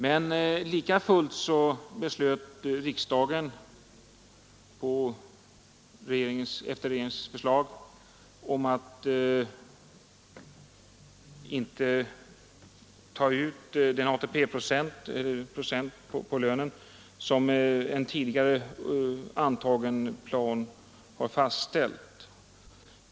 Men lika fullt beslöt riksdagen i enlighet med regeringens förslag att inte ta ut den ATP-procent på lönen som en tidigare antagen plan har fastställt.